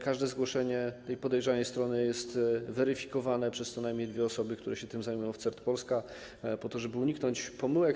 Każde zgłoszenie podejrzanej strony jest weryfikowane przez co najmniej dwie osoby, które się tym zajmują w CERT Polska, po to żeby uniknąć pomyłek.